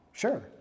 Sure